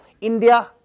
India